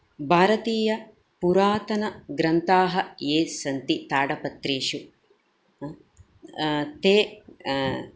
भारतीयपुरातनग्रन्थाः ये सन्ति ताडपत्रेषु ते